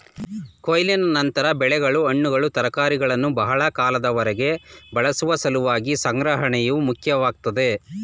ಕೊಯ್ಲಿನ ನಂತರ ಬೆಳೆಗಳು ಹಣ್ಣುಗಳು ತರಕಾರಿಗಳನ್ನು ಬಹಳ ಕಾಲದವರೆಗೆ ಬಳಸುವ ಸಲುವಾಗಿ ಸಂಗ್ರಹಣೆಯು ಮುಖ್ಯವಾಗ್ತದೆ